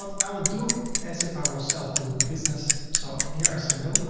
but i will do as if i will sell to business so here i say no.